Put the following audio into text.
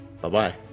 Bye-bye